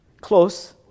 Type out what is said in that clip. Close